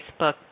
Facebook